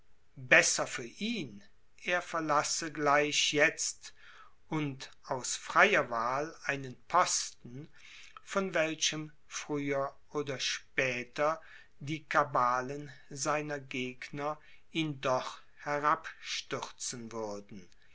besser für ihn er verlasse gleich jetzt und aus freier wahl einen posten von welchem früher oder später die kabalen seiner gegner ihn doch herabstürzen würden